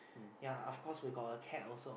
ya of course we got a cat also